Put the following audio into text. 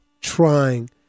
trying